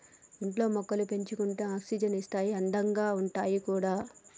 ఇంట్లో మొక్కలు పెంచుకుంటే ఆక్సిజన్ ఇస్తాయి అందంగా ఉంటాయి కూడా